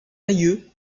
aïeux